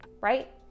Right